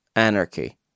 anarchy